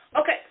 Okay